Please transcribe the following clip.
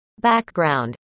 Background